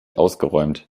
ausgeräumt